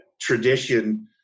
tradition